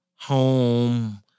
home